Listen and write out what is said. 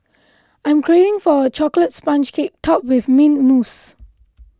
I am craving for a Chocolate Sponge Cake Topped with Mint Mousse